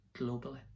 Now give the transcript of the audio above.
globally